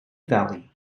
valley